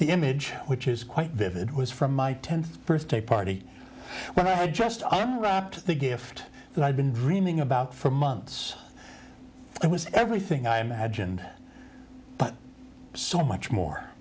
the image which is quite vivid it was from my tenth birthday party when i had just i'm wrapped the gift that i've been dreaming about for months it was everything i imagined but so much more